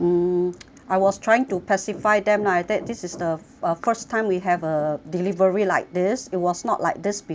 I was trying to pacify them lah that this is uh first time we have a delivery like this it was not like this before